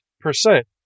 percent